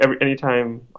anytime